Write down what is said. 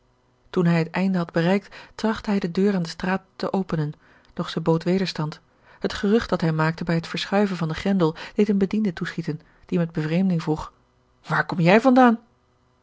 toen hij het einde had bereikt trachtte hij de deur aan de straat te openen doch zij bood wederstand het gerucht dat hij maakte bij het verschuiven van den grendel deed een bediende toeschieten die met bevreemding vroeg waar kom jij van